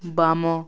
ବାମ